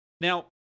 Now